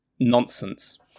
nonsense